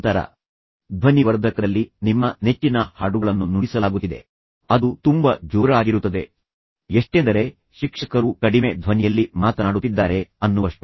ಬಹಳ ಗಂಭೀರವಾದ ವಿಷಯದ ಮೇಲೆ ಗಮನ ಕೇಂದ್ರೀಕರಿಸುವುದು ನಿಮಗೆ ತುಂಬಾ ಕಷ್ಟ ತರಗತಿಯಲ್ಲಿ ನಡೆಯುತ್ತಿರುವ ಚರ್ಚೆಯು ನಿಮ್ಮ ನೆಚ್ಚಿನ ಹಾಡುಗಳೊಂದಿಗೆ ಸ್ಪರ್ಧಿಸುತ್ತಿದೆ ಮತ್ತು ನಂತರ ಅದು ತುಂಬ ಜೋರಾಗಿರುತ್ತದೆ ಎಷ್ಟೆಂದರೆ ಶಿಕ್ಷಕರು ಕಡಿಮೆ ಧ್ವನಿಯಲ್ಲಿ ಮಾತನಾಡುತ್ತಿದ್ದಾರೆ ಅನ್ನುವಷ್ಟು